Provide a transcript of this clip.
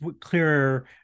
clearer